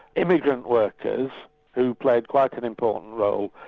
immigrant workers who played quite an important role,